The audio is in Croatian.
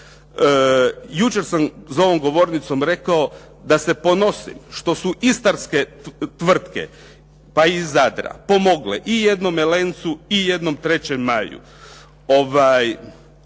Jučer sam za ovom govornicom rekao da se ponosim što su istarske tvrtke pa i Zadra pomogle i jednome Lencu i jednom 3. maju